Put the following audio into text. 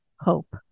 hope